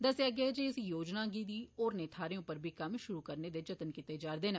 दस्सेआ गेआ जे इस योजना दी होरनें थाहरें उप्पर बी कम्म शुरू करने दे जत्न कीते जा'रदे न